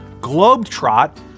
globetrot